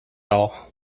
all